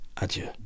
Adieu